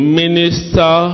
minister